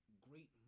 great